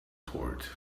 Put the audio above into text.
port